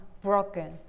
broken